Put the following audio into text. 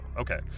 okay